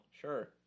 Sure